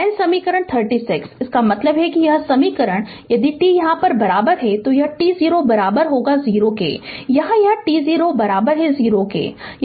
n समीकरण 36 इसका मतलब है कि यह समीकरण यदि t यहाँ बराबर है तो यह t0 0 है यहाँ यह t0 0 है